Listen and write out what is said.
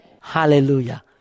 Hallelujah